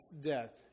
death